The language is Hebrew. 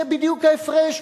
זה בדיוק ההפרש.